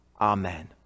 Amen